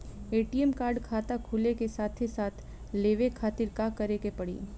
ATM card खाता खुले के साथे साथ लेवे खातिर का करे के पड़ी?